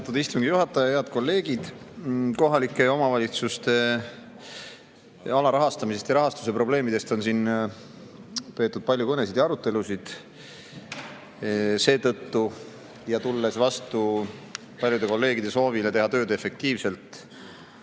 Austatud istungi juhataja! Head kolleegid! Kohalike omavalitsuste alarahastamisest ja rahastuse probleemidest on siin peetud palju kõnesid ja arutelusid. Seetõttu, ja tulles vastu paljude kolleegide soovile teha tööd efektiivselt,